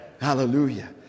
Hallelujah